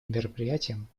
мероприятием